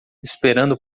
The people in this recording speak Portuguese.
esperando